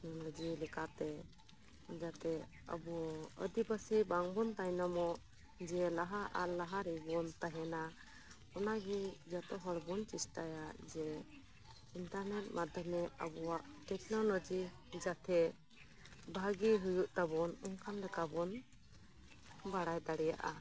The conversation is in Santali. ᱛᱮ ᱡᱮᱞᱮᱠᱟᱛᱮ ᱡᱟᱛᱮ ᱟᱵᱚ ᱟᱹᱫᱤᱵᱟᱹᱥᱤ ᱵᱟᱝᱵᱚᱱ ᱛᱟᱱᱚᱢᱚᱜ ᱡᱮ ᱞᱟᱦᱟ ᱟᱨ ᱞᱟᱦᱟ ᱨᱮᱜᱮ ᱵᱚᱱ ᱛᱟᱸᱦᱮᱱᱟ ᱚᱱᱟ ᱜᱮ ᱡᱚᱛᱚ ᱦᱚᱲ ᱵᱚᱱ ᱪᱮᱥᱴᱟᱭᱟ ᱡᱮ ᱤᱱᱴᱟᱨᱱᱮᱴ ᱢᱟᱫᱷᱭᱚᱢᱮ ᱟᱵᱚᱭᱟᱜ ᱴᱤᱠᱞᱳᱡᱤ ᱡᱟᱛᱮ ᱵᱷᱟᱹᱜᱤ ᱦᱩᱭᱩᱜ ᱛᱟᱵᱚᱱ ᱚᱱᱠᱟ ᱞᱮᱠᱟ ᱵᱚᱱ ᱵᱟᱲᱟᱭ ᱫᱟᱲᱮᱭᱟᱜᱼᱟ